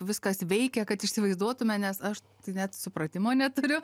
viskas veikia kad įsivaizduotume nes aš tai net supratimo neturiu